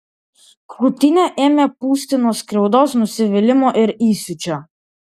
krūtinę ėmė pūsti nuo skriaudos nusivylimo ir įsiūčio